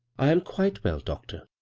i am quite well, doctor.